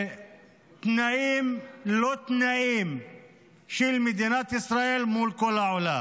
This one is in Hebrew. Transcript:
ותנאים לא תנאים של מדינת ישראל מול כל העולם.